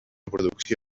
producció